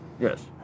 Yes